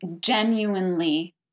genuinely